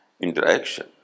Interaction